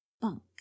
bunk